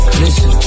listen